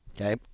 Okay